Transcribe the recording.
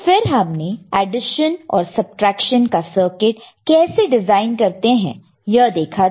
फिर हमने एडिशन और सबट्रैक्शन का सर्किट कैसे डिजाइन करते हैं यह देखा था